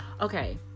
Okay